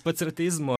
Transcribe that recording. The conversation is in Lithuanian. pats ir ateizmo